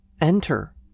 enter